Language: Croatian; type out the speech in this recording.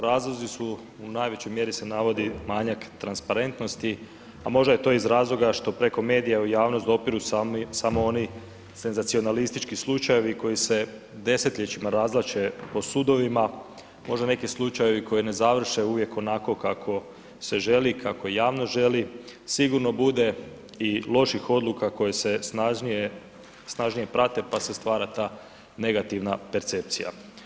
Razlozi su, u najvećoj mjeri se navodi manjak transparentnosti a možda je to iz razloga što preko medija u javnost dopiru samo oni senzacionalistički slučajevi koji se desetljećima razvlače po sudovima, možda neki slučajevi koji ne završe uvijek onako kako se želi i kako javnost želi, sigurno bude i loših odluka koje se snažnije prate pa se stvara ta negativna percepcija.